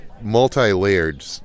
multi-layered